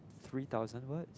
three thousand words